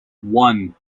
one